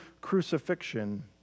crucifixion